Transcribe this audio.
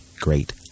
great